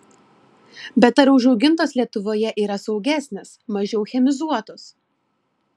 bet ar užaugintos lietuvoje yra saugesnės mažiau chemizuotos